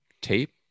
tape